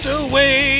away